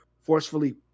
forcefully